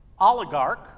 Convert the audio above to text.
Oligarch